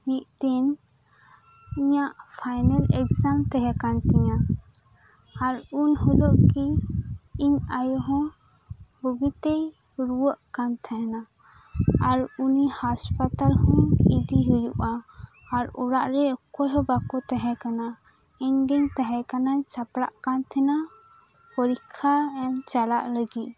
ᱢᱤᱫᱴᱮᱱ ᱤᱧᱟᱜ final exam ᱛᱟᱦᱮᱸ ᱠᱟᱱᱛᱤᱧᱟᱹ ᱟᱨ ᱩᱱ ᱦᱤᱞᱟᱹᱜ ᱜᱮ ᱤᱧ ᱟᱭᱩ ᱦᱚᱸ ᱵᱩᱜᱤ ᱛᱮᱭ ᱨᱩᱭᱟᱹᱜ ᱠᱟᱱ ᱛᱟᱦᱮᱸᱱᱟ ᱟᱨ ᱩᱱᱤ ᱦᱟᱥᱯᱟᱛᱟᱞ ᱦᱚᱸ ᱤᱫᱤ ᱦᱩᱭᱩᱜᱼᱟ ᱟᱨ ᱚᱲᱟᱜ ᱨᱮ ᱚᱠᱚᱭ ᱦᱚᱸ ᱵᱟᱠᱩ ᱛᱟᱦᱮᱸᱠᱟᱱᱟ ᱤᱧ ᱜᱤᱧ ᱛᱟᱦᱮᱸᱠᱟᱱᱟ ᱥᱟᱯᱲᱟᱜ ᱛᱟᱦᱮᱸᱱᱟ ᱯᱚᱨᱤᱠᱠᱷᱟ ᱮᱢ ᱪᱟᱞᱟᱜ ᱞᱟᱹᱜᱤᱫ